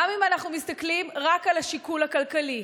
גם אם אנחנו מסתכלים רק על השיקול הכלכלי,